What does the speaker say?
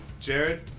Jared